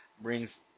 brings